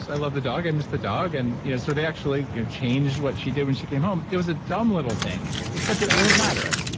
i loved the dog, i missed the dog. and you know so they actually you know changed what she did when she came home. it was a dumb little thing except it really matters.